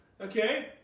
Okay